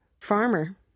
farmer